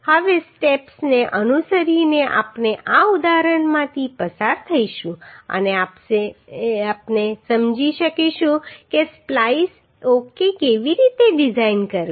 હવે સ્ટેપ્સને અનુસરીને આપણે આ ઉદાહરણમાંથી પસાર થઈશું અને આપણે સમજી શકીશું કે સ્પ્લાઈસ ઓકે કેવી રીતે ડિઝાઇન કરવી